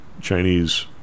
Chinese